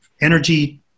energy